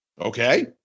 Okay